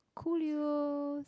cool yos